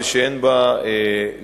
שאין בה לגיטימיות.